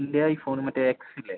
എൻ്റെ iPhone മറ്റേ എക്സില്ലേ